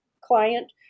client